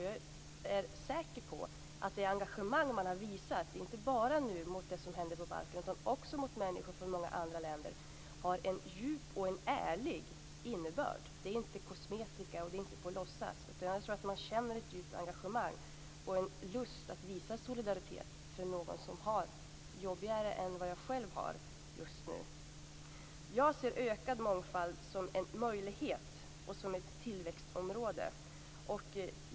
Jag är säker på att det engagemang man har visat inte bara när det gäller det som händer på Balkan utan också när det gäller människor från många andra länder har en djup och en ärlig innebörd. Det är inte kosmetika, och det är inte på låtsas. Jag tror att man känner ett djupt engagemang och en lust att visa solidaritet för någon som har det jobbigare än vad man själv har det just nu. Jag ser ökad mångfald som en möjlighet och som ett tillväxtområde.